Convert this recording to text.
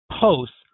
posts